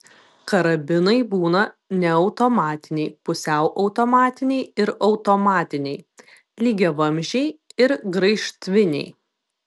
karabinai būna neautomatiniai pusiau automatiniai ir automatiniai lygiavamzdžiai ir graižtviniai